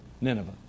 Nineveh